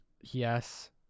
Yes